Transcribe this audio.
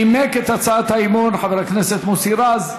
נימק את הצעת האי-אמון חבר הכנסת מוסי רז.